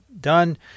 done